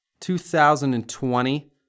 2020